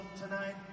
tonight